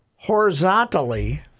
Horizontally